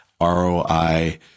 ROI